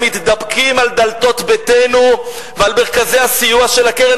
מתדפקים על דלתות ביתנו ועל מרכזי הסיוע של הקרן